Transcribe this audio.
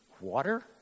water